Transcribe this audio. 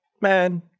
man